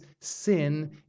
sin